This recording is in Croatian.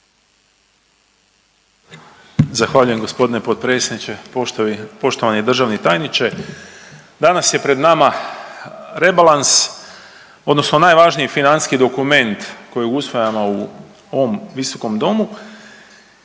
Zahvaljujem g. potpredsjedniče, poštovani državni tajniče. Danas je pred nama rebalans, odnosno najvažniji financijski dokument kojeg usvajamo u ovom Visokom domu